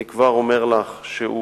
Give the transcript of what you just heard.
אני כבר אומר לך שהוא